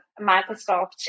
Microsoft